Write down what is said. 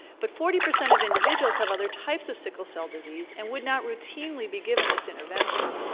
but forty percent of individuals have other types of sickle cell disease and would not routinely be given this intervention.